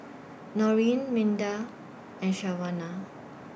Norene Minda and Shawna